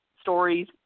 stories